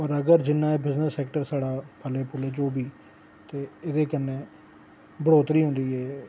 होर अगर एह् जिन्ना बिजनस सैक्टर साढ़ा फले फूले जो बी ते एह्दे कन्नै बढ़ोतरी होंदी